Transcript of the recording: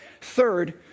Third